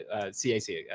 CAC